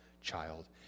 child